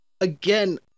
Again